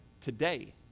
today